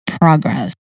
progress